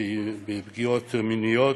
בפגיעות מיניות.